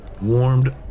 warmed